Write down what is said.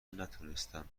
نتونستم